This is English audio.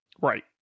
Right